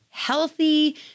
healthy